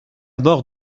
mort